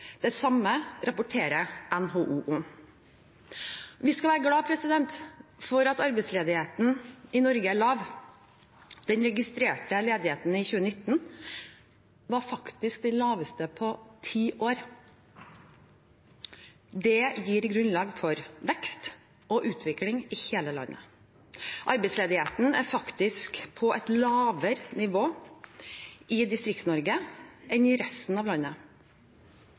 NHO om. Vi skal være glad for at arbeidsledigheten i Norge er lav. Den registrerte ledigheten i 2019 var faktisk den laveste på ti år. Det gir grunnlag for vekst og utvikling i hele landet. Arbeidsledigheten er faktisk på et lavere nivå i Distrikts-Norge enn i resten av landet.